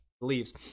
leaves